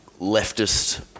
leftist